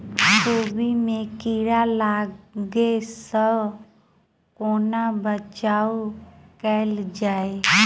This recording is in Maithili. कोबी मे कीड़ा लागै सअ कोना बचाऊ कैल जाएँ?